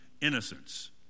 innocence